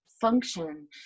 function